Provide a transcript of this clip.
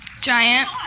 Giant